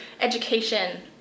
education